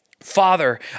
Father